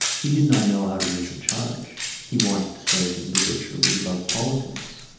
he did not know how to meet her charge. he wanted to say that literature was above politics.